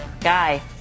Guy